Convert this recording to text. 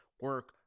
Work